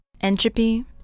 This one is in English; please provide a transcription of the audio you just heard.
Entropy